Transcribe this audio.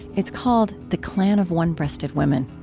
it's called the clan of one-breasted women.